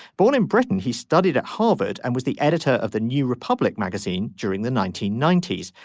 born in britain he studied at harvard and was the editor of the new republic magazine during the nineteen ninety s.